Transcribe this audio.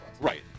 Right